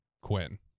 Quinn